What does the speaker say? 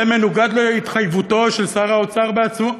זה מנוגד להתחייבותו של שר האוצר בעצמו.